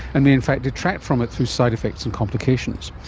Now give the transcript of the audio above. and may in fact detract from it through side effects and complications.